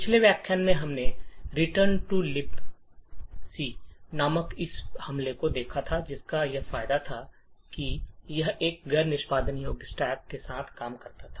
पिछले व्याख्यान में हमने रिटर्न टू लिबक नामक इस हमले को देखा था जिसका यह फायदा था कि यह एक गैर निष्पादन योग्य स्टैक के साथ काम कर सकता था